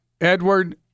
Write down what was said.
Edward